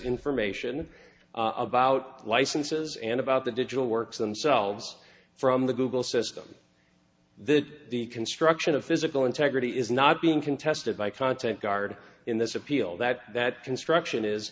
information about licenses and about the digital works themselves from the google system the deconstruction of physical integrity is not being contested by content guard in this appeal that that construction is